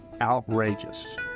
outrageous